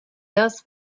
does